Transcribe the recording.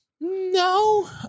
No